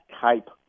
type